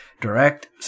direct